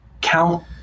count